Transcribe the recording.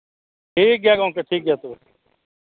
ᱴᱷᱤᱠ ᱜᱮᱭᱟ ᱜᱚᱢᱠᱮ ᱴᱷᱤᱠ ᱜᱮᱭᱟ ᱛᱚᱵᱮ